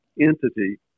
entity